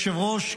אדוני היושב-ראש,